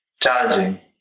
challenging